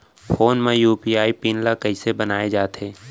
Phone म UPI PIN ल कइसे बनाये जाथे?